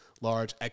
large